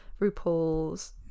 RuPaul's